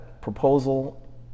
proposal